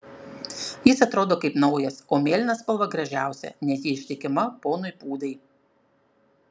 jis atrodo kaip naujas o mėlyna spalva gražiausia nes ji ištikima ponui pūdai